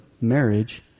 marriage